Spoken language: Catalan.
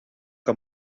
que